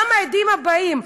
גם העדים הבאים,